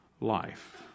life